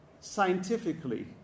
scientifically